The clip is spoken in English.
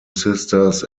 sisters